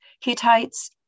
Hittites